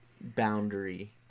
boundary